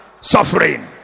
suffering